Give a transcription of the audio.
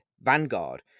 Vanguard